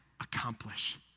accomplish